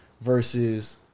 versus